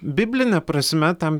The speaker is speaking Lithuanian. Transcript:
bibline prasme tam